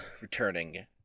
returning